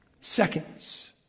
Seconds